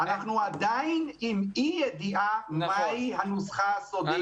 אנחנו עדיין באי ידיעה של מה היא הנוסחה הסודית.